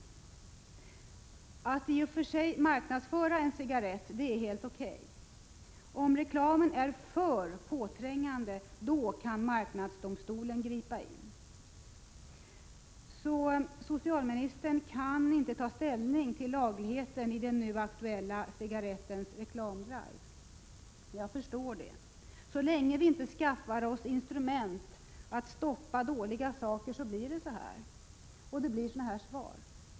Att i och för sig marknadsföra en cigarett är helt O.K. Om reklamen är alltför påträngande, kan marknadsdomstolen ingripa. Socialministern kan alltså inte ta ställning till lagligheten i den nu aktuella reklamdriven för den här cigaretten. Jag förstår det. Så länge vi inte skaffar oss instrument för att stoppa dåliga saker blir det så här. Och det blir sådana här svar.